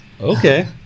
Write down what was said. okay